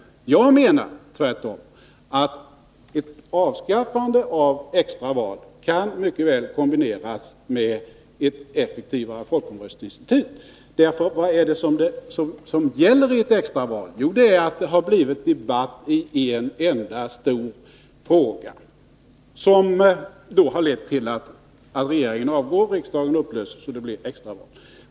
Jag menar tvärtom att ett avskaffande av extra val mycket väl kan kombineras med ett effektivare folkomröstningsinstitut. Vad är det nämligen som gäller i ett extra val? Jo, det har blivit debatt i en enda stor fråga, vilket leder till att regeringen avgår, riksdagen upplöses och det blir extra val.